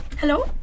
Hello